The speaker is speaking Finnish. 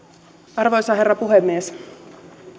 arvoisa herra puhemies